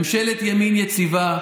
ממשלת ימין יציבה,